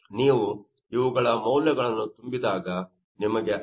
ನೀವು ಇವುಗಳ ಮೌಲ್ಯಗಳನ್ನು ತುಂಬಿದಾಗ ನಿಮಗೆ 50